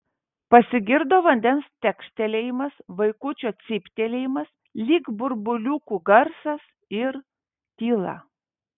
pasigirdo vandens tekštelėjimas vaikučio cyptelėjimas lyg burbuliukų garsas ir tyla